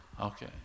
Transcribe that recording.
Okay